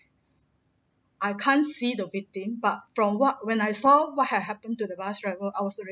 I can't see the victim but from what when I saw what had happened to the bus right I was already